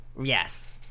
Yes